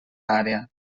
àrea